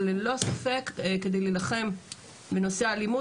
אבל ללא ספק כדי להילחם בנושא האלימות